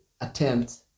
attempts